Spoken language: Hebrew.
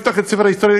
לפתוח את ספר ההיסטוריה,